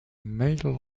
male